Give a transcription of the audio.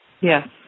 Yes